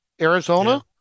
Arizona